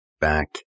back